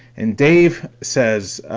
and dave says,